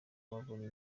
yabonye